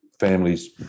families